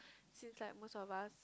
since like most of us